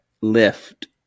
lift